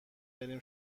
بریم